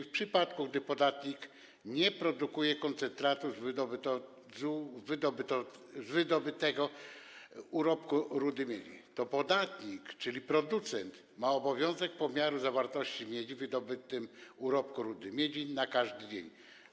W przypadku gdy podatnik nie produkuje koncentratu z wydobytego urobku rudy miedzi, to podatnik, czyli producent, ma obowiązek pomiaru zawartości miedzi w wydobytym urobku rudy miedzi na każdy dzień.